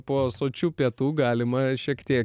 po sočių pietų galima šiek tiek